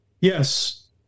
Yes